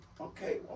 okay